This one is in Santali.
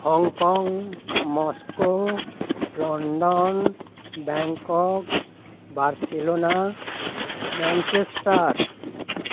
Hong Kong Moscow London Bangkok Barcelona Manchester